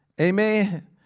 Amen